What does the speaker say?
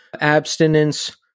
Abstinence